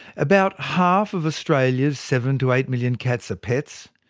about half of australia's seven-to-eight million cats are pets,